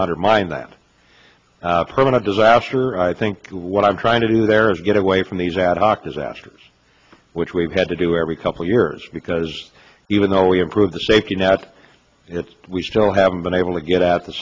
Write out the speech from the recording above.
undermine that permanent disaster i think what i'm trying to do there is get away from these ad hoc disasters which we've had to do every couple years because even though we improve the safety net it's we still haven't been able to get at the